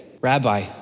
Rabbi